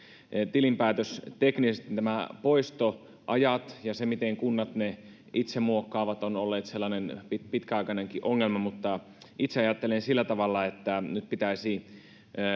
tilinpäätösteknisesti nämä poistoajat ja se miten kunnat ne itse muokkaavat ne ovat olleet sellainen pitkäaikainenkin ongelma mutta itse ajattelen sillä tavalla että nyt pitäisi